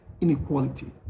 inequality